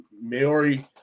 Maori